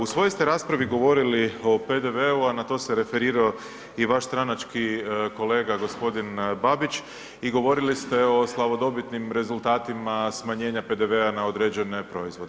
U svojoj ste raspravi govorili o PDV-u i na to se referirao i vaš stranački kolega gospodin Babić i govorili ste o slavodobitnim rezultatima, smanjenja PDV-a na određene proizvode.